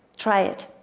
try it.